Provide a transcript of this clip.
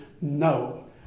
no